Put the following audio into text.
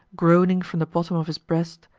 groaning from the bottom of his breast,